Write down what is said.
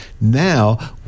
Now